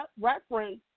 reference